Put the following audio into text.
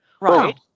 right